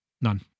None